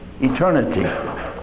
eternity